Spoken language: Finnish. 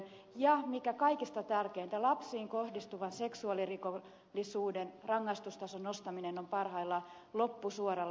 ja mikä kaikista tärkeintä lapsiin kohdistuvan seksuaalirikollisuuden rangaistustason nostaminen on parhaillaan loppusuoralla